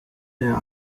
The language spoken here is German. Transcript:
der